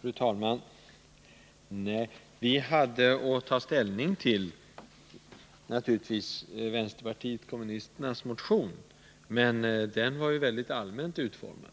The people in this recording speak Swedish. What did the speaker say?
Fru talman! Vi hade att ta ställning till vänsterpartiet kommunisternas motion, men den var väldigt allmänt utformad.